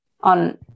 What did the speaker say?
on